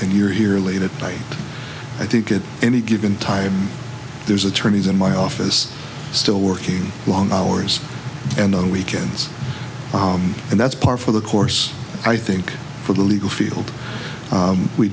and you're here late at night i think at any given time there's attorneys in my office still working long hours and on weekends and that's par for the course i think for the legal field